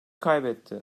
kaybetti